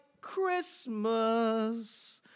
Christmas